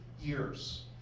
years